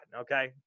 okay